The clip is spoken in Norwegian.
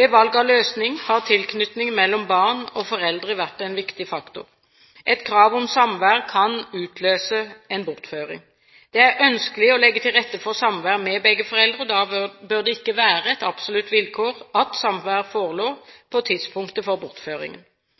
Ved valget av løsning har tilknytningen mellom barn og foreldre vært en viktig faktor. Et krav om samvær kan utløse en bortføring. Det er ønskelig å legge til rette for samvær med begge foreldre, og da bør det ikke være et absolutt vilkår at samvær forelå på tidspunktet for bortføringen.